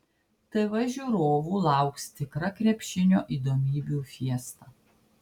tv žiūrovų lauks tikra krepšinio įdomybių fiesta